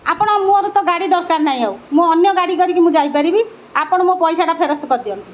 ଆପଣ ମୋର ତ ଗାଡ଼ି ଦରକାର ନାହିଁ ଆଉ ମୁଁ ଅନ୍ୟ ଗାଡ଼ି କରିକି ମୁଁ ଯାଇପାରିବି ଆପଣ ମୋ ପଇସାଟା ଫେରସ୍ତ କରିଦିଅନ୍ତୁ